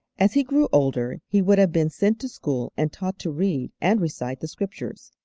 as he grew older he would have been sent to school and taught to read and recite the scriptures,